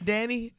Danny